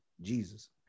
Jesus